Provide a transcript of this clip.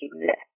exist